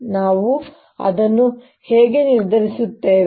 ನಾವು ಅದನ್ನು ಹೇಗೆ ನಿರ್ಧರಿಸುತ್ತೇವೆ